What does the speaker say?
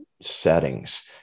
settings